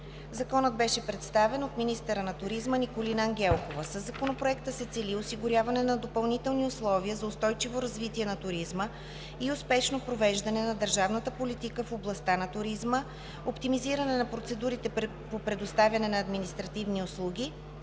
Законопроектът беше представен от министъра на туризма Николина Ангелкова. Със Законопроекта се цели осигуряване на допълнителни условия за устойчиво развитие на туризма и успешно провеждане на държавната политика в областта на туризма; оптимизиране на процедурите по предоставяне на административни услуги